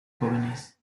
jóvenes